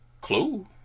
Clue